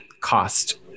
cost